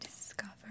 discover